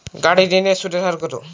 গাড়ির ঋণের সুদের হার কতো?